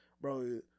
bro